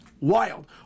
Wild